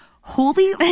holy